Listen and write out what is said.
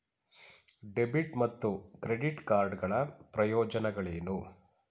Debit ಮತ್ತು credit card ಗಳ ಪ್ರಯೋಜನಗಳೇನು?